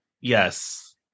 yes